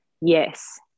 Yes